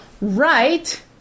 Right